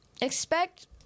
expect